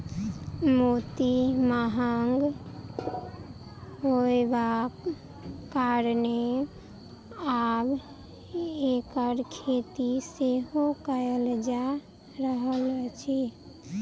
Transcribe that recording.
मोती महग होयबाक कारणेँ आब एकर खेती सेहो कयल जा रहल अछि